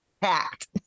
packed